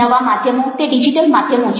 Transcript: નવા માધ્યમો તે ડિજિટલ માધ્યમો છે